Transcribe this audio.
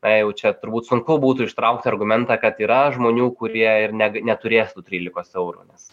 na jau čia turbūt sunku būtų ištraukti argumentą kad yra žmonių kurie ir neg neturės tų trylikos eurų nes